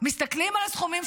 מסתכלים על הסכומים,